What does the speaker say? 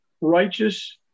righteous